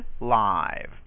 live